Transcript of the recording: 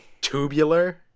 tubular